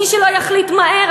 מי שלא יחליט מהר,